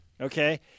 okay